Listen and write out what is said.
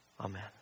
Amen